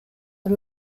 are